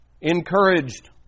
encouraged